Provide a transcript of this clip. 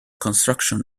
construction